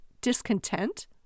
discontent